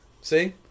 See